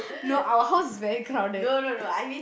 no our house is very crowded